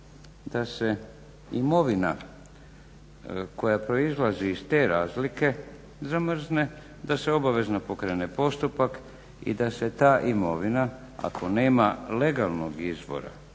da se imovina koja proizlazi iz te razlike zamrzne, da se obavezno pokrene postupak i da se ta imovina ako nema legalnog izbora,